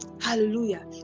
Hallelujah